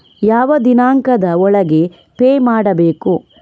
ಯಾವ ದಿನಾಂಕದ ಒಳಗೆ ಪೇ ಮಾಡಬೇಕು?